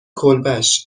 کلبش